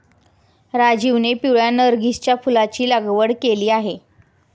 राजीवने पिवळ्या नर्गिसच्या फुलाची लागवड केली आहे